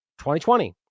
2020